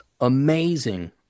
amazing